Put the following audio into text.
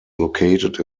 located